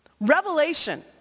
Revelation